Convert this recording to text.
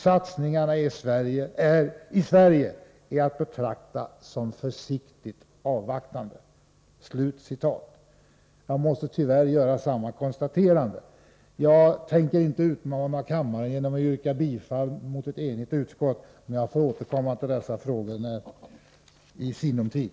Satsningarna i Sverige är att betrakta som försiktigt avvaktande.” Jag måste tyvärr göra samma konstaterande. Jag tänker inte utmana kammaren genom att gå emot ett enigt utskott, men jag får återkomma till dessa frågor i sinom tid.